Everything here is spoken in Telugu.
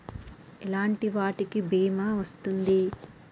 ఎలాంటి వాటికి బీమా వస్తుంది?